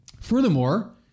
Furthermore